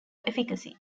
efficacy